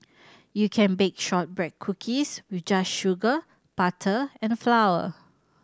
you can bake shortbread cookies with just sugar butter and flour